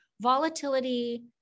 volatility